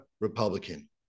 Republican